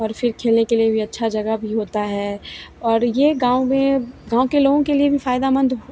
और फिर खेलने के लिए भी अच्छा जगह भी होता है और यह गाँव में गाँव के लोगों के लिए भी फ़ायदेमंद